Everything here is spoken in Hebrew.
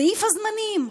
סעיף הזמנים,